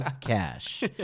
cash